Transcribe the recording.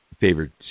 favorite